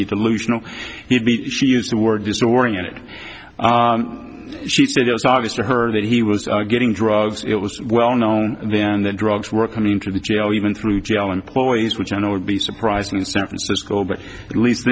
be delusional he'd be she used the word disoriented she said it was obvious to her that he was getting drugs it was well known then that drugs were coming to the jail even through jalan ploys which i know would be surprising in san francisco but at least